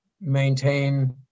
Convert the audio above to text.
maintain